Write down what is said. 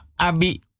abi